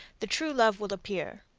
the true love will appear.